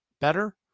better